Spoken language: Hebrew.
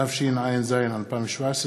התשע"ז 2017,